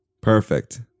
Perfect